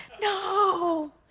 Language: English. no